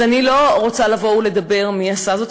אז אני לא רוצה לבוא ולדבר מי, עשה זאת.